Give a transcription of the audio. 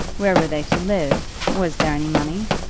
where were they to live? was there any money?